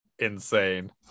Insane